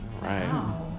right